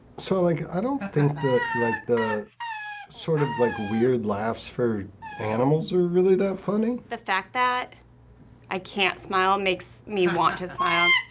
so like i don't think that the sort of like weird laughs for animals are really that funny. the fact that i can't smile makes me want to smile. i